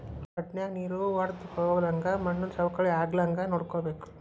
ವಡನ್ಯಾಗ ನೇರ ವಡ್ದಹೊಗ್ಲಂಗ ಮಣ್ಣು ಸವಕಳಿ ಆಗ್ಲಂಗ ನೋಡ್ಕೋಬೇಕ